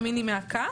המיני מעקף.